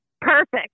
Perfect